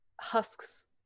Husks